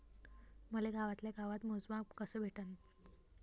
मले गावातल्या गावात मोजमाप कस भेटन?